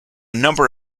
number